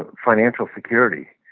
ah financial security.